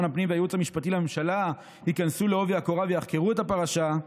הפנים והייעוץ המשפטי לממשלה ייכנסו בעובי הקורה ויחקרו את הפרשה.